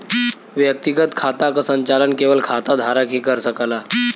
व्यक्तिगत खाता क संचालन केवल खाता धारक ही कर सकला